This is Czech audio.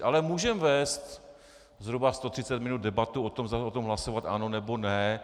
Ale můžeme vést zhruba 130 minut debatu o tom, zda o tom hlasovat ano, nebo ne.